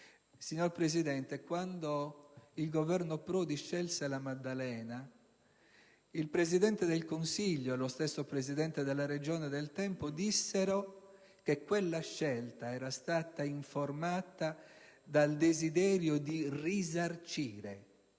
Signor Presidente, quando il Governo Prodi scelse La Maddalena, il Presidente del Consiglio e lo stesso Presidente della Regione dell'epoca dissero che quella scelta era stata informata dal desiderio di risarcire